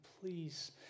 please